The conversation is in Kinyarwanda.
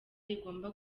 igomba